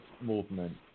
movement